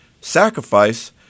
sacrifice